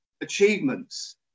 achievements